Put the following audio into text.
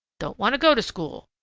don't want to go to school.